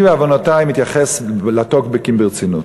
אני, בעוונותי, מתייחס לטוקבקים ברצינות,